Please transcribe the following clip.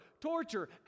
torture